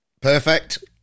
Perfect